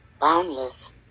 boundless